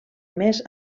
més